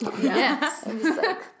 yes